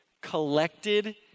collected